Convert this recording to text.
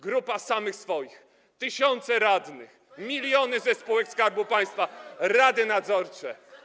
Grupa samych swoich: tysiące radnych, miliony ze spółek Skarbu Państwa, rady nadzorcze.